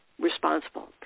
responsible